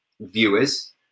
viewers